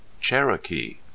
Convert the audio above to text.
CHEROKEE